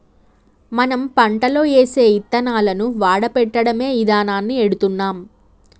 మనం పంటలో ఏసే యిత్తనాలను వాడపెట్టడమే ఇదానాన్ని ఎడుతున్నాం